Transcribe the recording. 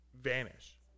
vanish